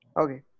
Okay